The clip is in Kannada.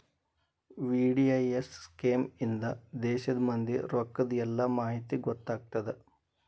ವಿ.ಡಿ.ಐ.ಎಸ್ ಸ್ಕೇಮ್ ಇಂದಾ ದೇಶದ್ ಮಂದಿ ರೊಕ್ಕದ್ ಎಲ್ಲಾ ಮಾಹಿತಿ ಗೊತ್ತಾಗತ್ತ